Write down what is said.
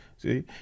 See